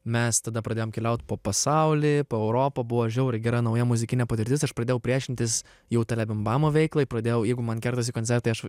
mes tada pradėjom keliaut po pasaulį po europą buvo žiauriai gera nauja muzikinė patirtis aš pradėjau priešintis jau telebimbamo veiklai pradėjau jeigu man kertasi koncertai aš